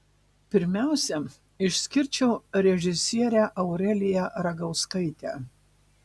pirmiausia išskirčiau režisierę aureliją ragauskaitę